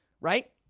right